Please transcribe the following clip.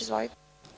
Izvolite.